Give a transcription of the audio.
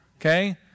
Okay